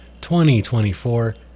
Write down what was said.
2024